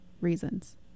reasons